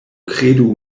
kredu